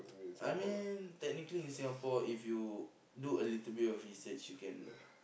I mean technically in Singapore if you do a little bit of research you can